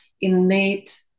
innate